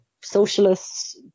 socialists